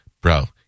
bro